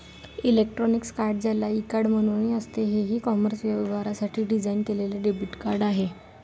electronic card, ज्याला e card म्हणूनही असते, हे ई कॉमर्स व्यवहारांसाठी डिझाइन केलेले डेबिट कार्ड आहे